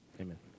Amen